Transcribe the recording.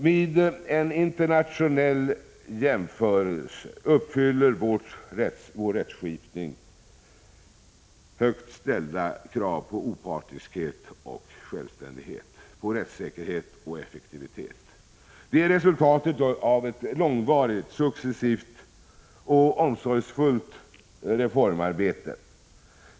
Vid en internationell jämförelse uppfyller vår rättskipning högt ställda krav på opartiskhet och självständighet, på rättssäkerhet och effektivitet. Det är resultatet av ett långvarigt, successivt och omsorgsfullt reformarbete.